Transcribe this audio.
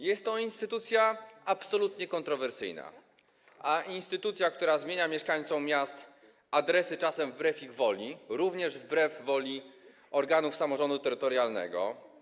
Jest to instytucja absolutnie kontrowersyjna, instytucja, która zmienia mieszkańcom miast adresy, czasem wbrew ich woli, jak również wbrew woli organów samorządu terytorialnego.